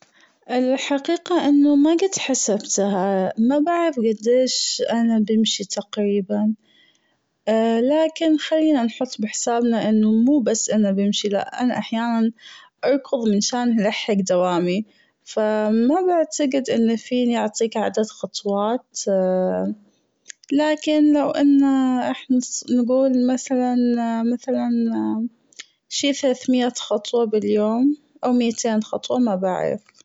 الحقيقة أنه ما جد حسبتها مابعرف جد ايش أنا بمشي تقريبا لكن خلينا نحط بحسابنا أنه مو بس أنا بمشي لأ أنا أحيانا أركظ منشان لحق دوامي فمابعتجد أني فينى أعطيك عدد خطوات لكن لو أنا أحن- نجول مثلا مثلا شي ثلاثمية خطوة باليوم أو متين خطوة ما بعرف.